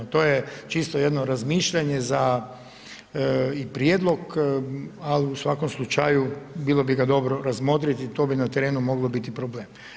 To je čisto jedno razmišljanje za i prijedlog, ali u svakom slučaju bilo bi ga dobro razmotriti, to bi na terenu moglo biti problem.